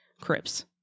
crips